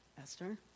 Esther